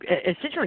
essentially